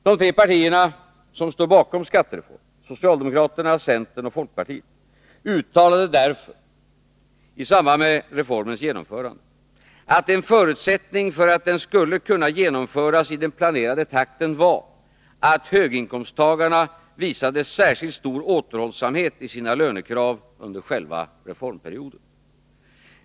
De tre partierna som står bakom skattereformen, socialdemokraterna, centern och folkpartiet, uttalade därför i samband med reformens genomförande att en förutsättning för att den skulle kunna genomföras i den planerade takten var att höginkomsttagarna visade särskilt stor återhållsamhet i sina lönekrav under själva reformperioden.